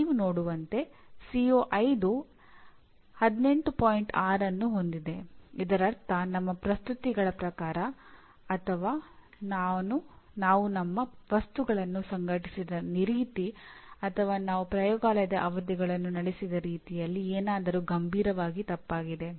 ಇದರರ್ಥ ನಮ್ಮ ಪ್ರಸ್ತುತಿಗಳ ಪ್ರಕಾರ ಅಥವಾ ನಾವು ನಮ್ಮ ವಸ್ತುಗಳನ್ನು ಸಂಘಟಿಸಿದ ರೀತಿ ಅಥವಾ ನಾವು ಪ್ರಯೋಗಾಲಯದ ಅವಧಿಗಳನ್ನು ನಡೆಸಿದ ರೀತಿಯಲ್ಲಿ ಏನಾದರೂ ಗಂಭೀರವಾಗಿ ತಪ್ಪಾಗಿದೆ